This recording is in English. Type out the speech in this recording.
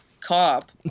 cop